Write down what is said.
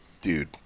Dude